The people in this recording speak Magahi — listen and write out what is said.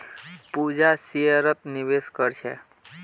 पूजा शेयरत निवेश कर छे